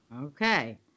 Okay